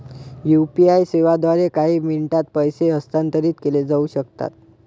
UPI सेवांद्वारे काही मिनिटांत पैसे हस्तांतरित केले जाऊ शकतात